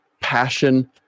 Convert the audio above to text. passion